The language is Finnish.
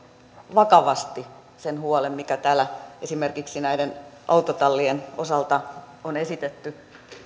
vakavasti sen huolen mikä täällä esimerkiksi näiden autotallien osalta on esitetty